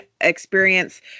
experience